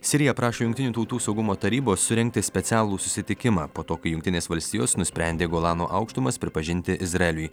sirija prašo jungtinių tautų saugumo tarybos surengti specialų susitikimą po to kai jungtinės valstijos nusprendė golano aukštumas pripažinti izraeliui